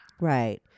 Right